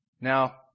Now